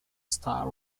star